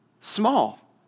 small